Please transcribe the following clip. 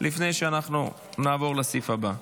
לפני שנעבור לסעיף הבא.